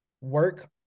work